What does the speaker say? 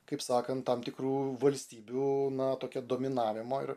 kaip sakant tam tikrų valstybių na tokia dominavimu ir